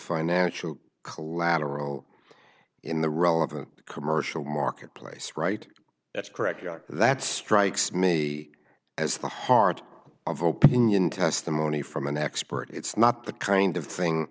financial collateral in the relevant commercial market place right that's correct that strikes me as the heart of opinion testimony from an expert it's not the kind of thing